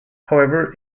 however